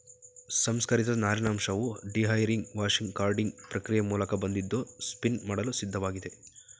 ಸಂಸ್ಕರಿಸಿದ ನಾರಿನಂಶವು dehairing washing carding ಪ್ರಕ್ರಿಯೆ ಮೂಲಕ ಬಂದಿದ್ದು ಸ್ಪಿನ್ ಮಾಡಲು ಸಿದ್ಧವಾಗಿದೆ